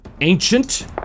ancient